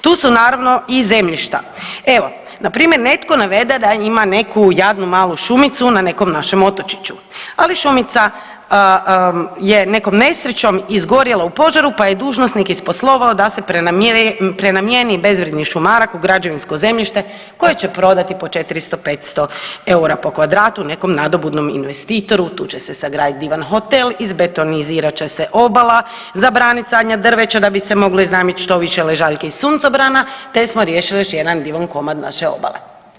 Tu su naravno i zemljišta, evo npr. netko navede da ima neku jadnu malu šumicu na nekom našem otočiću, ali šumica je nekom nesrećom izgorjela u požaru pa je dužnosnik isposlovao da se prenamijeni bezvrijedni šumarak u građevinsko zemljište koje će prodati po 400, 500 eura po kvadratu nekom nadobudnom investitoru, tu će se sagraditi divan hotel, izbetonizirat će se obala, zabranit sadnja drveća da bi se moglo iznajmiti što više ležaljki i suncobrana te smo riješili još jedan divan komad naše obale.